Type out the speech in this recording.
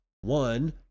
one